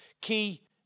key